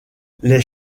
les